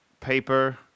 paper